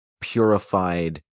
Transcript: purified